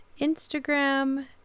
instagram